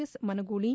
S Managuli